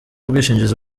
ubwishingizi